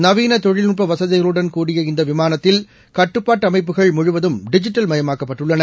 நவீன தொழில்நுட்ப வசதிகளுடன் கூடிய இந்த விமானத்தில் கட்டுப்பாட்டு அமைப்புகள் முழுவதும் டிஜிட்டல் மயமாக்கப்பட்டுள்ளன